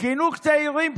חינוך וצעירים.